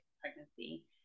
pregnancy